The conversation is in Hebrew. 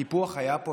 קיפוח היה פה,